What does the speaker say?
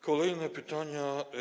Kolejne pytania.